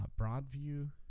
Broadview